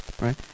right